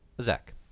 zach